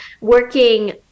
working